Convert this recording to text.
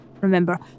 remember